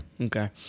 Okay